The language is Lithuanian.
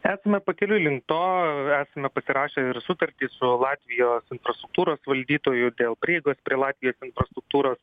esame pakeliui link to esame pasirašę sutartį su latvijos infrastruktūros valdytoju dėl prieigos prie latvijos infrastruktūros